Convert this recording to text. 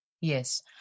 Yes